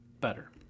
better